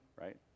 right